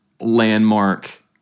landmark